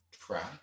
track